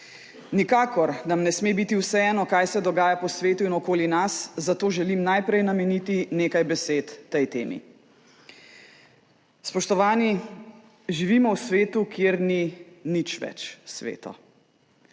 Nikakor nam ne sme biti vseeno, kaj se dogaja po svetu in okoli nas, zato želim najprej nameniti nekaj besed tej temi. Spoštovani, živimo v svetu, kjer ni nič več sveto.